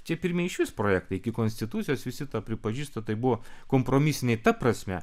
tie pirmieji išvis projektai iki konstitucijos visi tą pripažįsta tai buvo kompromisiniai ta prasme